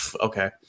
okay